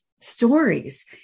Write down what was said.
stories